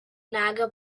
naga